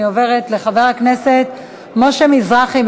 אני עוברת לחבר הכנסת משה מזרחי,